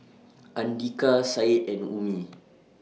Andika Said and Ummi